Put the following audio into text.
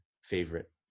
favorite